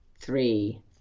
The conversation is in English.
three